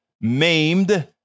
maimed